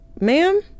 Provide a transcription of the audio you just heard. ma'am